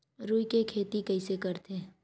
रुई के खेती कइसे करथे?